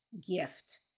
gift